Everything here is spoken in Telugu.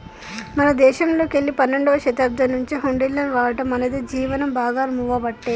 మన దేశంలోకెల్లి పన్నెండవ శతాబ్దం నుంచే హుండీలను వాడటం అనేది జీవనం భాగామవ్వబట్టే